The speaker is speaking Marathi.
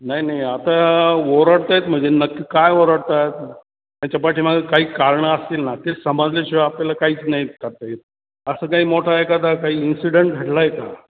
नाही नाही आता ओरडत आहेत म्हणजे नक्की काय ओरडत आहेत त्याच्या पाठीमागे काही कारणं असतील ना ते समाजल्याशिवाय आपल्याला काहीच नाही करता येत असं काही मोठा एकादा काही इन्सिडंट घडला आहे का